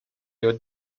your